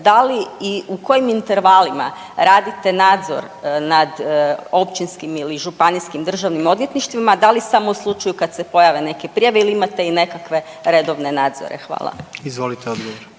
da li, i u kojim intervalima radite nadzor nad Općinskim ili Županijskim državnim odvjetništvima, da li samo u slučaju kad se pojave neke prijave ili imate i nekakve redovne nadzore, hvala **Jandroković,